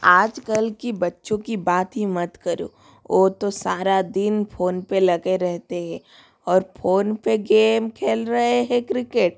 आज कल के बच्चों की बात ही मत करो वो तो सारा दिन फ़ोन पर लगे रहते हैं और फोन पर गेम खेल रही हैं क्रिकेट